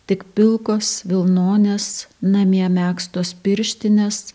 tik pilkos vilnonės namie megztos pirštinės